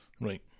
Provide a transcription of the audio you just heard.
Right